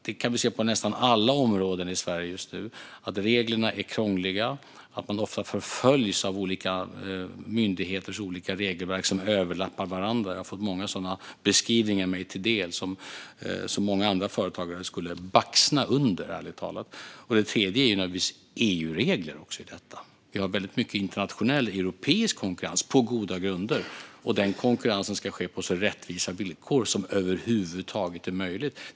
Vi kan se på nästan alla områden i Sverige just nu att reglerna är krångliga och att man ofta förföljs av myndigheters olika regelverk, som överlappar varandra. Jag har fått mig många beskrivningar till del av sådant som många andra företagare ärligt talat skulle bågna under. Det tredje är naturligtvis EU-regler. Vi har väldigt mycket internationell, europeisk konkurrens - på goda grunder - och den konkurrensen ska ske på så rättvisa villkor som över huvud taget möjligt.